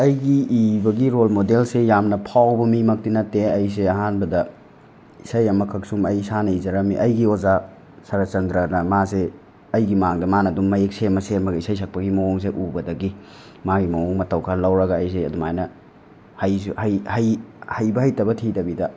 ꯑꯩꯒꯤ ꯏꯕꯒꯤ ꯔꯣꯜ ꯃꯣꯗꯦꯜꯁꯦ ꯌꯥꯝꯅ ꯐꯥꯎꯕ ꯃꯤ ꯃꯛꯇꯤ ꯅꯠꯇꯦ ꯑꯩꯁꯦ ꯑꯍꯥꯟꯕꯗ ꯏꯁꯩ ꯑꯃꯈꯛ ꯁꯨꯝ ꯑꯩ ꯏꯁꯥꯅ ꯏꯖꯔꯝꯃꯤ ꯑꯩꯒꯤ ꯑꯣꯖꯥ ꯁꯔꯠꯆꯟꯗ꯭ꯔꯅ ꯃꯥꯁꯦ ꯑꯩꯒꯤ ꯃꯥꯡꯗ ꯃꯅꯥ ꯗꯨꯝ ꯃꯌꯦꯛ ꯁꯦꯝꯃ ꯁꯦꯝꯃꯒ ꯏꯁꯩ ꯁꯛꯄꯒꯤ ꯃꯑꯣꯡꯖꯦ ꯎꯕꯗꯒꯤ ꯃꯥꯒꯤ ꯃꯑꯣꯡ ꯃꯇꯧ ꯈꯔꯥ ꯂꯧꯔꯒ ꯑꯩꯖꯦ ꯑꯗꯨꯃꯥꯏꯅ ꯍꯩꯖꯨ ꯍꯩꯕ ꯍꯩꯇꯕ ꯊꯤꯗꯕꯤꯗ